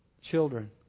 children